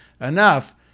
enough